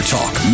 Talk